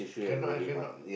cannot I cannot